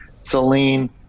Celine